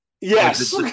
Yes